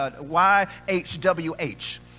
Y-H-W-H